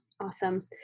awesome